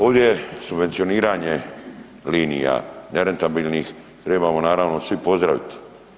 Ovdje subvencioniranje linija nerentabilnih trebamo naravno svi pozdraviti.